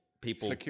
people